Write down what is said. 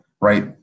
right